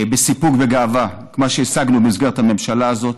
בסיפוק ובגאווה את מה שהשגנו במסגרת הממשלה הזאת.